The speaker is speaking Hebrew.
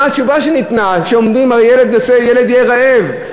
מה התשובה שניתנה, שהילד יהיה רעב?